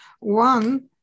One